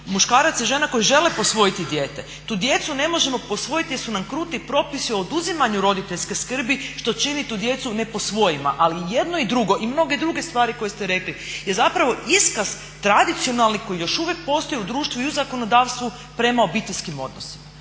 muškaraca i žena koji žele posvojiti dijete, tu djecu ne možemo posvojiti jer su nam kruti propisi o oduzimanju roditeljske skrbi što čini tu djecu neposvojivima, ali i jedno i drugo i mnoge druge stvari koje ste rekli je zapravo iskaz tradicionalni koji još uvijek postoji u društvu i u zakonodavstvu prema obiteljskih odnosima.